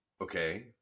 Okay